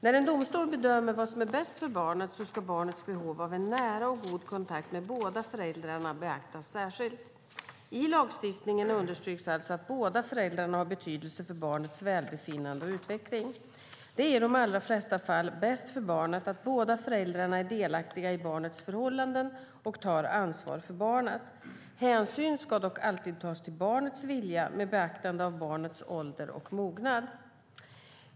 När en domstol bedömer vad som är bäst för barnet ska barnets behov av en nära och god kontakt med båda föräldrarna beaktas särskilt. I lagstiftningen understryks alltså att båda föräldrarna har betydelse för barnets välbefinnande och utveckling. Det är i de allra flesta fall bäst för barnet att båda föräldrarna är delaktiga i barnets förhållanden och tar ansvar för barnet. Hänsyn ska dock alltid tas till barnets vilja med beaktande av barnets ålder och mognad.